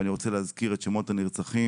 ואני רוצה להזכיר את שמות הנרצחים: